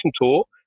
tool